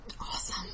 Awesome